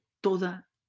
toda